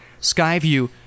Skyview